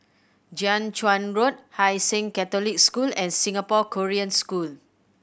Jiak Chuan Road Hai Sing Catholic School and Singapore Korean School